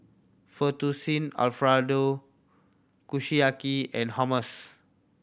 Fettuccine Alfredo Kushiyaki and Hummus